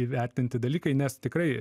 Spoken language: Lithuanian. įvertinti dalykai nes tikrai